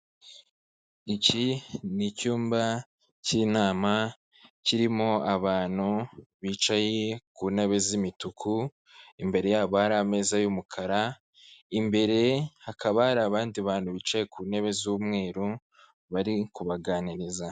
Iki ni icyumba cy'inama kirimo abantu bicaye ku ntebe z'imituku, imbere yabo hari ameza y'umukara, imbere hakaba hari abandi bantu bicaye ku ntebe z'umweru bari kubaganiriza.